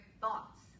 thoughts